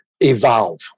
evolve